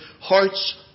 hearts